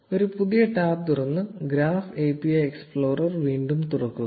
0356 ഒരു പുതിയ ടാബ് തുറന്ന് ഗ്രാഫ് API എക്സ്പ്ലോറർ വീണ്ടും തുറക്കുക